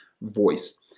voice